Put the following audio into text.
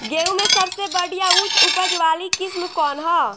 गेहूं में सबसे बढ़िया उच्च उपज वाली किस्म कौन ह?